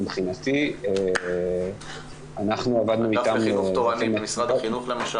מבחינתי אנחנו --- האגף לחינוך תורני במשרד החינוך למשל.